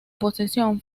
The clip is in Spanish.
posesión